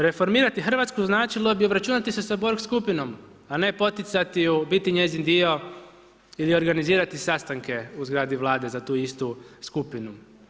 Reformirati Hrvatsku značilo bi obračunati se sa Borg skupinom a ne poticati ju, biti njezin dio ili organizirati sastanke u zgradi Vlade za tu istu skupinu.